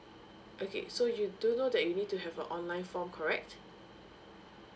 okay so you do know that you need to have a online form correct